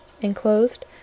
enclosed